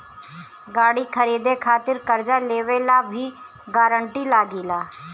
गाड़ी खरीदे खातिर कर्जा लेवे ला भी गारंटी लागी का?